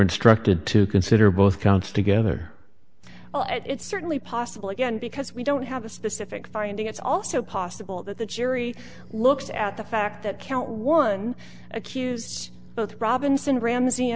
instructed to consider both counts together well it's certainly possible again because we don't have a specific finding it's also possible that the jury looks at the fact that count one accused both robinson ramsey